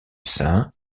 saint